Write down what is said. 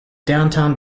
downtown